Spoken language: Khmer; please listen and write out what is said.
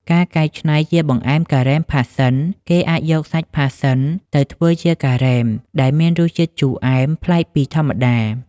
ការកែច្នៃជាបង្អែមការ៉េមផាសសិន គេអាចយកសាច់ផាសសិនទៅធ្វើជាការ៉េមដែលមានរសជាតិជូរអែមប្លែកពីធម្មតា។